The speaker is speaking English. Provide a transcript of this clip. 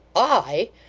i!